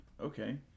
okay